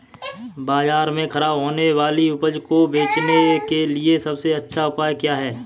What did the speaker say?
बाजार में खराब होने वाली उपज को बेचने के लिए सबसे अच्छा उपाय क्या है?